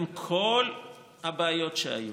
עם כל הבעיות שהיו,